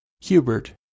Hubert